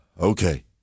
okay